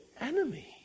enemy